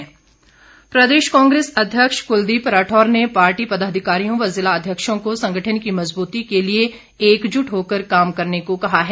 कुलदीप राठौर प्रदेश कांग्रेस अध्यक्ष कुलदीप राठौर ने पार्टी पदाधिकारियों व ज़िला अध्यक्षों को संगठन की मजबूती के लिए एकजुट होकर काम करने को कहा है